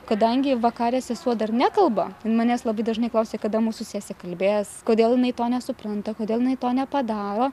kadangi vakarės sesuo dar nekalba jin manęs labai dažnai klausia kada mūsų sesė kalbės kodėl jinai to nesupranta kodėl jinai to nepadaro